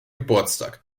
geburtstag